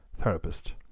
therapist